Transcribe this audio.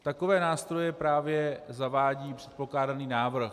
Takové nástroje právě zavádí předkládaný návrh.